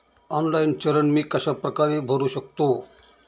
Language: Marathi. ऑनलाईन चलन मी कशाप्रकारे भरु शकतो?